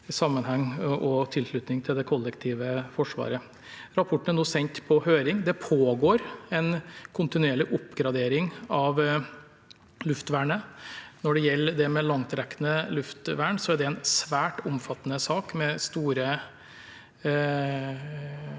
sammenheng og i tilslutning til det kollektive forsvaret. Rapporten er nå sendt på høring. Det pågår en kontinuerlig oppgradering av luftvernet. Når det gjelder det med langtrekkende luftvern, er det en svært omfattende sak, med store